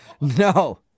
No